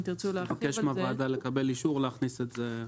אני מבקש מהוועדה לקבל אישור להכניס את זה.